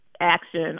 action